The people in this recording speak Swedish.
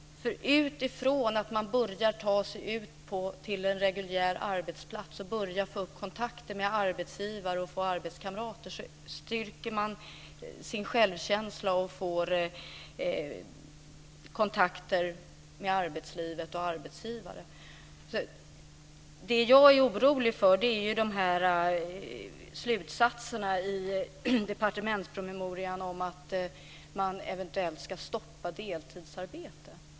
Från det att man börjar komma ut på en reguljär arbetsplats och få arbetskamrater stärker man sin självkänsla och får kontakter med arbetslivet och arbetsgivare. Det jag är orolig för är de här slutsatserna i departementspromemorian om att man eventuellt ska stoppa deltidsarbete.